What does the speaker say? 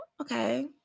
okay